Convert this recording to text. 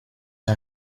her